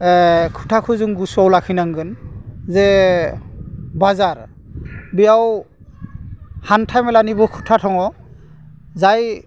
खोथाखौ जों गोसोआव लाखिनांगोन जे बाजार बेयाव हान्था मेलानिबो खोथा दङ जाय